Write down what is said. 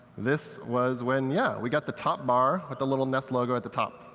this was when yeah we got the top bar, with the little nest logo at the top.